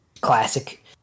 Classic